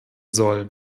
soll